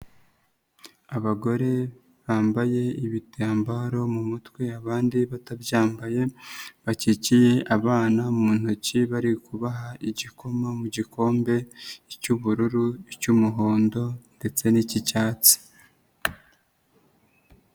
Abagore bambaye ibitambaro mu mutwe abandi batabyambaye, bakikiye abana mu ntoki bari kubaha igikoma mu gikombe icy'ubururu, icy'umuhondo ndetse n'ik'icyatsi.